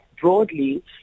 broadly